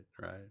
Right